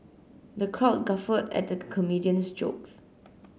the crowd guffawed at the comedian's jokes